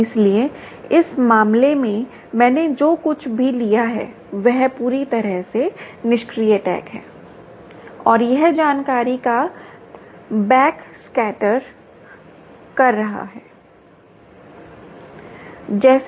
इसलिए इस मामले में मैंने जो कुछ भी लिया है वह पूरी तरह से निष्क्रिय टैग है और यह जानकारी का बैक स्कैटर कर रहा है बहुत अच्छा